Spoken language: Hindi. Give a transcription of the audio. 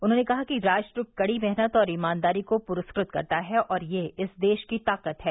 उन्होंने कहा कि राष्ट्र कड़ी मेहनत और ईमानदारी को पुरस्कृत करता है और यह इस देश की ताकत है